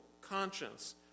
conscience